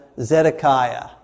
Zedekiah